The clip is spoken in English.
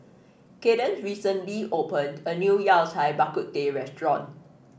Cadence recently opened a new Yao Cai Bak Kut Teh restaurant